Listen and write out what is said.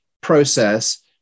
process